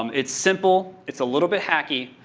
um it's simple. it's a little bit hackie.